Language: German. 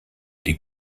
die